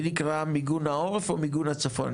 היא נקראה מיגון העורף או מיגון הצפון?